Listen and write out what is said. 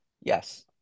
Yes